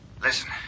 listen